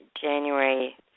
January